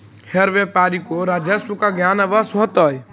हर व्यापारी को राजस्व का ज्ञान अवश्य होतई